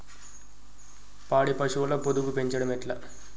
పాడి పశువుల పొదుగు పెంచడం ఎట్లా?